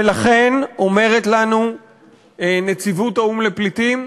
ולכן, אומרת לנו נציבות האו"ם לפליטים,